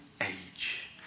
age